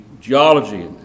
geology